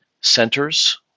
centers